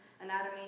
anatomy